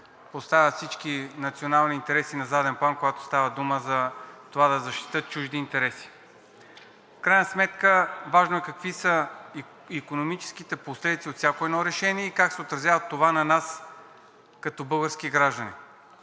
поставят всички национални интереси на заден план, когато става дума за това да защитят чужди интереси. В крайна сметка важно е какви са икономическите последици от всяко едно решение и как се отразява това на нас като български граждани.